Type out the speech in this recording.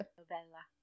novella